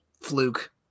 Fluke